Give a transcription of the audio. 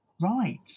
right